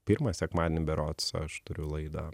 pirmą sekmadienį berods aš turiu laidą